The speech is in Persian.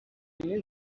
یعنی